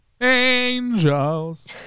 angels